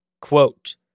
Quote